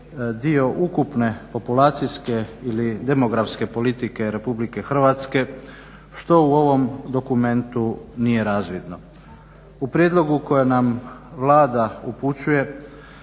dio ukupne populacijske ili demografske politike RH što u ovom dokumentu nije razvidno. U prijedlogu koji nam Vlada upućuje